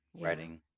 writing